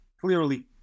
clearly